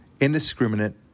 indiscriminate